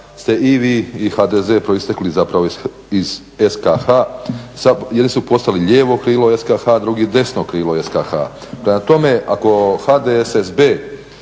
ste i vi i HDZ proistekli zapravo iz SKH-a. Jedni su postali lijevo krilo SKH, drugi desno krilo SKH-a. Prema tome, ako HDSSB